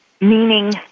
meaning